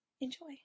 Enjoy